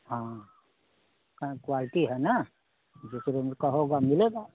हाँ कहें क्वालटी है न जिस रेन्ज का होगा मिलेगा